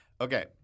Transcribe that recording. Okay